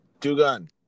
Two-Gun